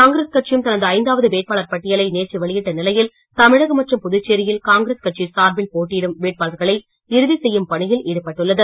காங்கிரஸ் கட்சியும் தனது ஐந்தாவது வேட்பாளர் பட்டியலை நேற்று வெளியிட்ட நிலையில் தமிழகம் மற்றும் புதுச்சேரியில் காங்கிரஸ் கட்சி சார்பில் போட்டியிடும் வேட்பாளர்களை இறுதி செய்யும் பணியில் ஈடுபட்டுள்ளது